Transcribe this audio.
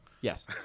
Yes